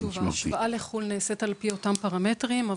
ההשוואה לחו"ל נעשית באותם פרמטרים.